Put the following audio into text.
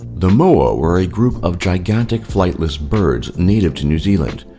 the moa were a group of gigantic flightless birds native to new zealand.